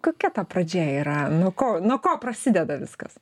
kokia ta pradžia yra nuo ko nuo ko prasideda viskas